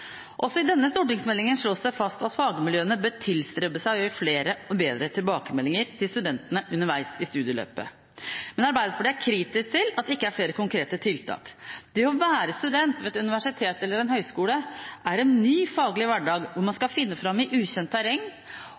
Også i denne stortingsmeldingen slås det fast at fagmiljøene bør tilstrebe å gi flere og bedre tilbakemeldinger til studentene underveis i studieløpet, men Arbeiderpartiet er kritisk til at det ikke er flere konkrete tiltak. Å være student ved et universitet eller en høyskole er en ny faglig hverdag hvor man skal finne fram i ukjent terreng,